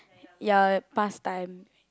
ya past time